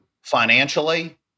financially